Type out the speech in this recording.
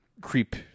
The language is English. creep